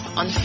on